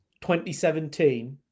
2017